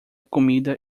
comida